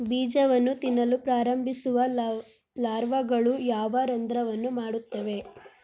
ಬೀಜವನ್ನು ತಿನ್ನಲು ಪ್ರಾರಂಭಿಸುವ ಲಾರ್ವಾಗಳು ಯಾವ ರಂಧ್ರವನ್ನು ಮಾಡುತ್ತವೆ?